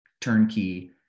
turnkey